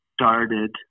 started